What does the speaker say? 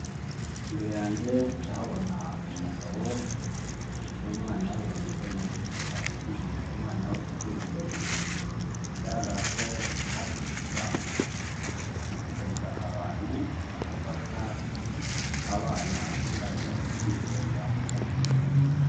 Imbere yanjye ndahabona umugabo n'umwana we bameze neza. Ari kwigisha umwana we kwizigamira. Bigaragara ko agisesi banke ishishikariza abantu gufasha abana gutangira kwizigamira hakiri kare.